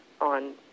on